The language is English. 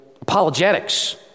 apologetics